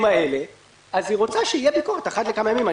האלה היא רוצה שתהיה ביקורת אחת לכמה ימים.